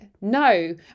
No